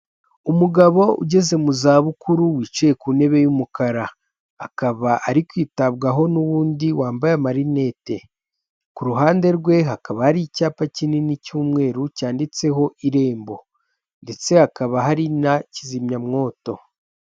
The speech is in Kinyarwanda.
Umugabo ugeze mu za bukuru wicaye ku ntebe z'umukara akaba ari kwitabwaho n'uwundi wambaye amarinete ku ruhande rwe hakaba hari icyapa kinini cy'umweru cyanditseho irembo ndetse hakaba hari na kizimyamwoto.